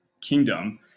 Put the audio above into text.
kingdom